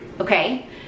Okay